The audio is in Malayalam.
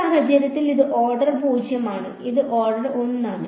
ഈ സാഹചര്യത്തിൽ ഇത് ഓർഡർ 0 ആണ് ഇത് ഓർഡർ 1 ആണ്